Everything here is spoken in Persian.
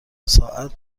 ساعت